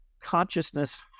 consciousness